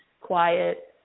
quiet